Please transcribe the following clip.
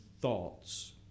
thoughts